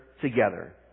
together